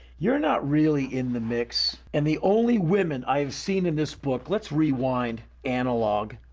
you're not really in the mix. and the only women, i've seen in this book. let's rewind. analog.